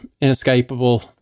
Inescapable